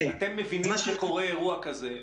כשאתם מבינים שקורה אירוע כזה,